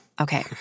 Okay